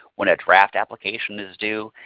when a draft application is due,